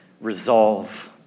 resolve